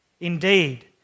Indeed